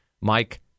Mike